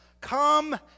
come